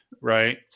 right